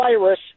virus